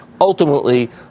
ultimately